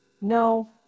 no